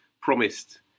promised